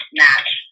match